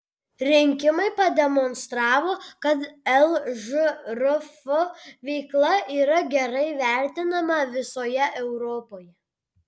rinkimai pademonstravo kad lžrf veikla yra gerai vertinama visoje europoje